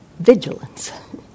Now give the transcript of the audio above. Vigilance